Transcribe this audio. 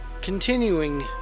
Continuing